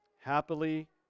happily